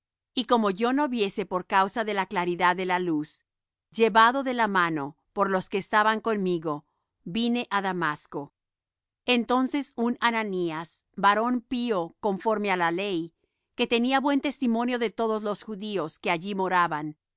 y como yo no viese por causa de la claridad de la luz llevado de la mano por los que estaban conmigo vine á damasco entonces un ananías varón pío conforme á la ley que tenía buen testimonio de todos los judíos que allí moraban